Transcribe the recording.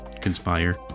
conspire